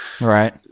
Right